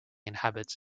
inhabits